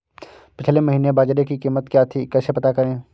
पिछले महीने बाजरे की कीमत क्या थी कैसे पता करें?